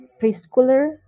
preschooler